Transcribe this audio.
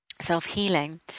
self-healing